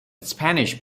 spanish